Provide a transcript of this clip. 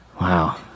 Wow